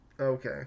Okay